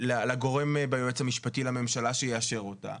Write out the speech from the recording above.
לגורם ביועץ המשפטי לממשלה שיאשר אותה,